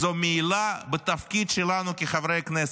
זו מעילה בתפקיד שלנו כחברי כנסת.